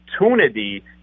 opportunity